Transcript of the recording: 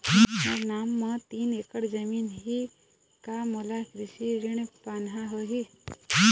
मोर नाम म तीन एकड़ जमीन ही का मोला कृषि ऋण पाहां होही?